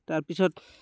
তাৰপিছত